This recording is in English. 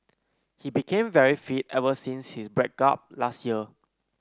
he became very fit ever since his break up last year